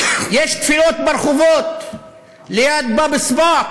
יש תפילות ברחובות ליד (אומר בערבית: שער השבטים,